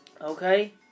okay